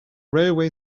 railway